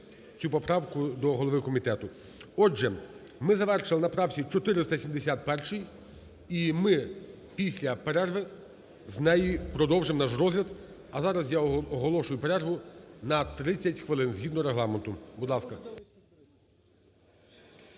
цю поправку до голови комітету. Отже, ми завершили на правці 471. І ми після перерви з неї продовжимо наш розгляд. А зараз я оголошую перерву на 30 хвилин згідно Регламенту, будь ласка.